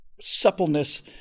suppleness